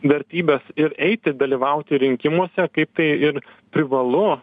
vertybes ir eiti dalyvauti rinkimuose kaip tai ir privalu